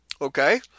Okay